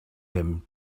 him